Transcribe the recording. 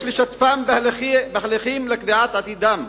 יש לשתפם בהליכים לקביעת עתידם.